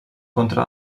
contra